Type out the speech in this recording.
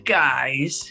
guys